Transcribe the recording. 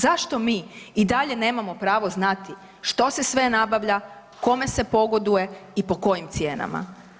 Zašto mi i dalje nemamo pravo znati što se sve nabavlja, kome se pogoduje i po kojim cijenama?